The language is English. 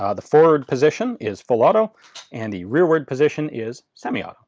ah the forward position is full-auto and the rearward position is semi-auto.